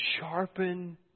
sharpen